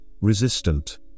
resistant